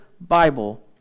Bible